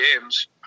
games